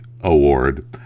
award